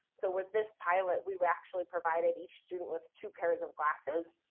so, with this pilot we we actually provided each student with two pairs of glasses,